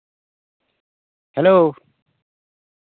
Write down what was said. hello